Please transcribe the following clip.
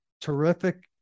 terrific